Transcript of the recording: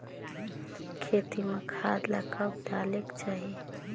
खेती म खाद ला कब डालेक चाही?